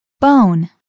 Bone